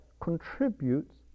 contributes